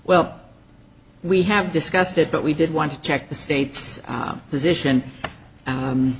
well we have discussed it but we did want to check the state's position